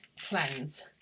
cleanse